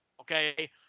Okay